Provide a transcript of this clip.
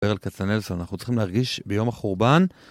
ברל קצנלסון, אנחנו צריכים להרגיש ביום החורבן.